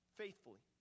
faithfully